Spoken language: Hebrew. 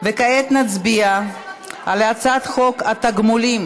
וכעת נצביע על הצעת חוק התגמולים